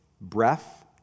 breath